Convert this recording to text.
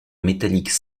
métalliques